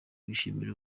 bishimiye